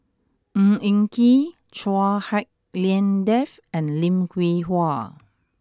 Ng Eng Kee Chua Hak Lien Dave and Lim Hwee Hua